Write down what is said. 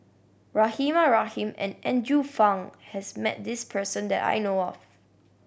Rahimah Rahim and Andrew Phang has met this person that I know of